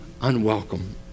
unwelcome